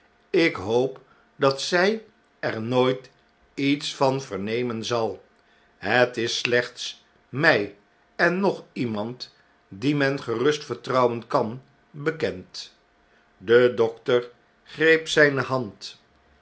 ik hoop dat zij er nooit iets van vernemen zal het is slechts my en nog iemand dien men gerust vertronwen kan bekend de dokter greep zyne hand